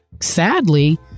sadly